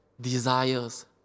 desires